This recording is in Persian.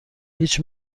هیچ